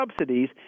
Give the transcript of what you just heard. subsidies